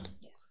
Yes